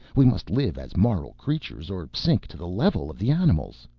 we must live as moral creatures or sink to the level of the animals.